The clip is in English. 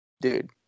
Dude